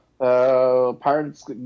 parents